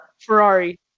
Ferrari